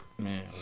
Man